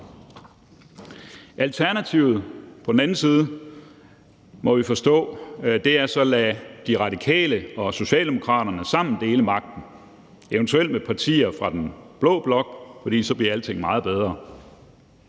Alternativet er på den anden side, må vi forstå, at lade De Radikale og Socialdemokratiet dele magten, eventuelt med partier fra den blå blok, for så bliver alting meget bedre.